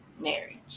marriage